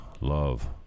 love